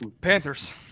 Panthers